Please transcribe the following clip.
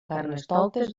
carnestoltes